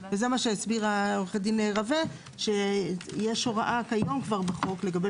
וזה מה שהסבירה עו"ד רווה שיש הוראה כיום כבר בחוק לגבי